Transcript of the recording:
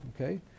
Okay